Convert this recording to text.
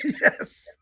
Yes